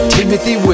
Timothy